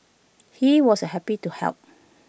he was happy to help